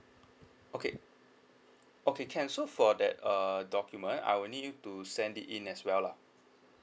okay okay can so for that err document I will need you to send it in as well lah